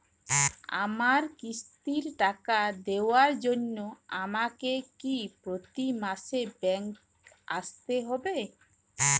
আমার কিস্তির টাকা দেওয়ার জন্য আমাকে কি প্রতি মাসে ব্যাংক আসতে হব?